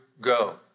go